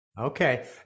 okay